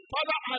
Father